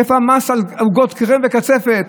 איפה המס על עוגות קרם וקצפת?